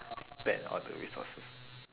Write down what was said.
spend all the resources